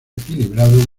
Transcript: equilibrado